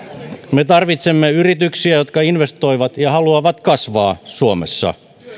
me tarvitsemme yrityksiä jotka investoivat ja haluavat kasvaa suomessa